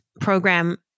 program